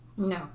No